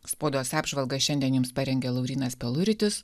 spaudos apžvalgą šiandien jums parengė laurynas peluritis